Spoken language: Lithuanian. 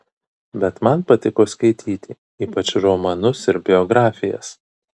bet man patiko skaityti ypač romanus ir biografijas